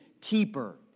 keeper